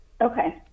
okay